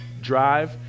drive